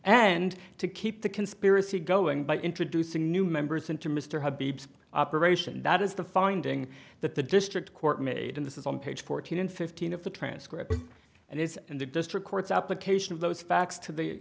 and to keep the conspiracy going by introducing new members into mr habib's operation that is the finding that the district court made in this is on page fourteen in fifteen of the transcript and is in the district court's application of those facts to the